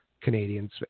Canadians